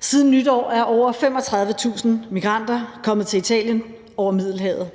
Siden nytår er over 35.000 migranter kommet til Italien over Middelhavet.